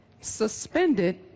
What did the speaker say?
suspended